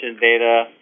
data